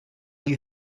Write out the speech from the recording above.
you